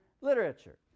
literature